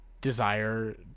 desire